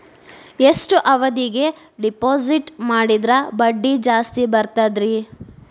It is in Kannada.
ಎಷ್ಟು ಅವಧಿಗೆ ಡಿಪಾಜಿಟ್ ಮಾಡಿದ್ರ ಬಡ್ಡಿ ಜಾಸ್ತಿ ಬರ್ತದ್ರಿ?